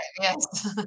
yes